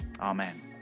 Amen